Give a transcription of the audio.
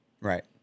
Right